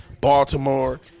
Baltimore